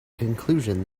conclusion